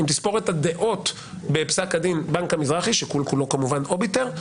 אם תספור את הדעות בפסק הדין בנק המזרחי שכל כולו כמובן אוביטר,